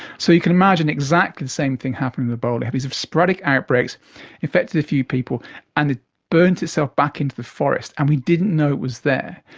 so you can imagine exactly the same thing happening with ebola. these sporadic outbreaks affected a few people and it burnt itself back into the forest and we didn't know it was there.